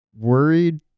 worried